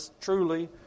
truly